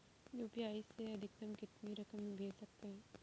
UPI से अधिकतम कितनी रकम भेज सकते हैं?